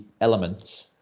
elements